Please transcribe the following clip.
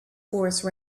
horse